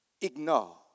ignore